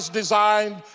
designed